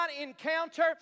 encounter